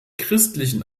christlichen